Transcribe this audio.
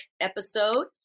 episode